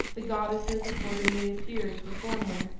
the goddesses accordingly appeared before him.